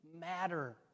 matter